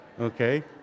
Okay